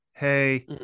Hey